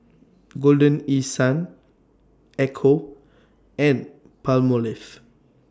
Golden East Sun Ecco and Palmolive